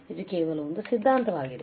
ಇದು ಕೇವಲ ಒಂದು ಸಿದ್ಧಾಂತವಾಗಿದೆ